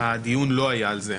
הדיון לא היה על זה.